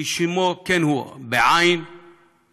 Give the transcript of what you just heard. כשמו כן הוא, מיועד